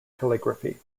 calligraphy